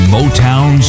Motown